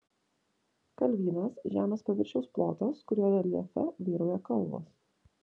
kalvynas žemės paviršiaus plotas kurio reljefe vyrauja kalvos